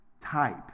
type